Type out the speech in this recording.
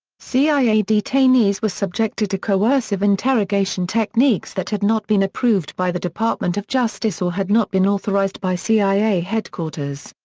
cia detainees were subjected to coercive interrogation techniques that had not been approved by the department of justice or had not been authorized by cia headquarters.